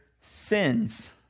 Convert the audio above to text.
sins